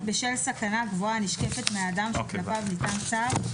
יש כאן חשש ממשי בשל סכנה גבוהה הנשקפת מאדם שכלפיו ניתן צו וכולי.